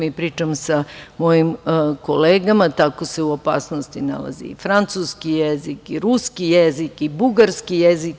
Pričam sa mojim kolegama, tako se u opasnosti nalazi i francuski jezik i ruski jezik i bugarski jezik.